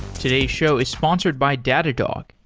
today's show is sponsored by datadog,